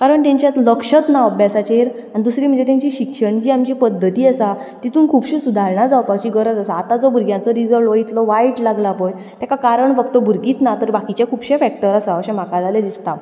कारण ताचें आतां लक्षच ना अभ्यासाचेर आनी दुसरे म्हणजें तांचें शिक्षण जें आमच्यो पद्दती आसा तितूंत खुबशीं सुदारणां जावपाची गरज आसा आतां जो भुरग्यांचो रिझल्ट हो इतलो वायट लागला पळय ताका कारण फक्त भुरगींच ना तर बाकीचे खुबशे फॅक्टर आसा अशें म्हाका जाल्यार दिसता